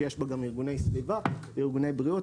שיש בה גם ארגוני סביבה וארגוני בריאות,